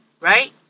right